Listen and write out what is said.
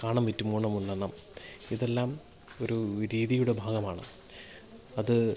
കാണം വിറ്റും ഓണം ഉണ്ണണം ഇതെല്ലാം ഒരു രീതിയുടെ ഭാഗമാണ് അത്